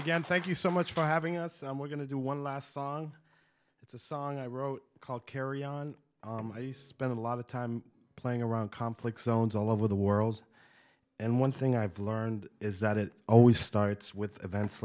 again thank you so much for having us and we're going to do one last song it's a song i wrote called carry on i spent a lot of time playing around conflict zones all over the world and one thing i've learned is that it always starts with events